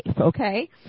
okay